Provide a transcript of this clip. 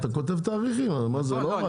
אתה כותב תאריכים מה זה לא הוראת שעה.